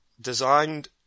designed